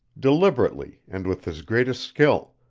deliberately and with his greatest skill,